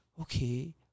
okay